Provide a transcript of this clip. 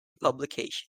publication